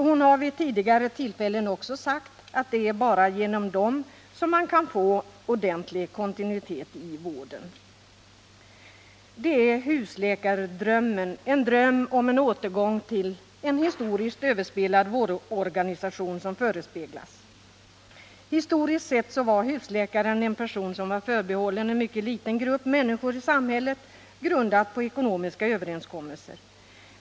Hon har vid tidigare tillfällen också sagt att det bara är genom dem som man kan få ordentlig kontinuitet i vården. Det är husläkardrömmen som förespeglar en återgång till en historiskt överspelad vårdorganisation. Historiskt sett var husläkaren en person som var förbehållen en mycket liten grupp personer i samhället, och systemet var grundat på ekonomiska överenskommelser.